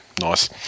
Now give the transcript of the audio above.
Nice